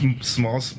small